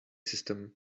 system